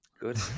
Good